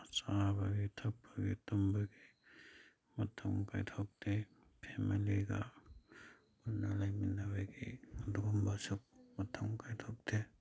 ꯆꯥꯕꯒꯤ ꯊꯛꯄꯒꯤ ꯇꯨꯝꯕꯒꯤ ꯃꯇꯝ ꯀꯥꯏꯊꯣꯛꯇꯦ ꯐꯦꯃꯂꯤꯒ ꯄꯨꯟꯅ ꯂꯩꯃꯤꯟꯅꯕꯒꯤ ꯑꯗꯨꯒꯨꯝꯕꯁꯨ ꯃꯇꯝ ꯀꯥꯏꯊꯣꯛꯇꯦ